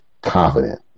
confident